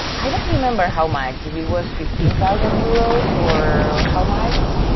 i don't remember how much, if it was fifteen thousand euros or how much.